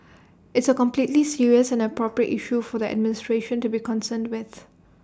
it's A completely serious and appropriate issue for the administration to be concerned with